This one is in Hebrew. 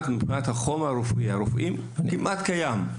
הרשימה הערבית המאוחדת): החומר הרפואי והרופאים כמעט קיימים.